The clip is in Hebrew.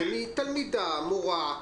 זה תלמידה, מורה.